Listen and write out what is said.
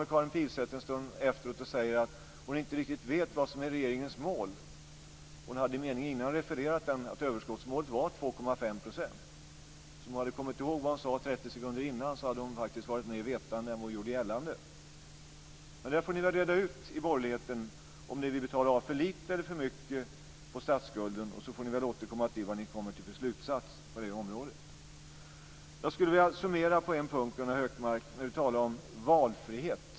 En stund efteråt säger Karin Pilsäter att hon inte riktigt vet vad som är regeringens mål. I meningen innan refererade hon att överskottsmålet var 2,5 %. Om hon hade kommit ihåg vad hon sade 30 sekunder tidigare, hade hon varit mer vetande än vad hon gjorde gällande. Ni får reda ut det i borgerligheten, om ni vill betala av för lite eller för mycket på statsskulden och återkomma till er slutsats på det området. Gunnar Hökmark talar om valfrihet.